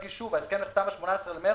אני מדגיש ההסכם נחתם ב-18 במרץ,